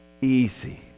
easy